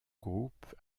groupe